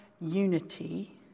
unity